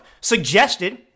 suggested